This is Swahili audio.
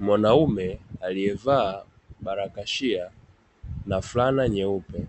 Mwanaume aliyevaa barakashia na fulana nyeupe